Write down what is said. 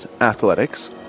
athletics